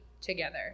together